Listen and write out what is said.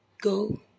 Go